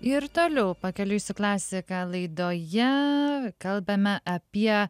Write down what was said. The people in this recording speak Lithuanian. ir toliau pakeliui su klasika laidoje kalbame apie